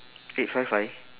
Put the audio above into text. eight five five